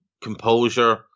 composure